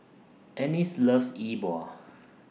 Ennis loves Yi Bua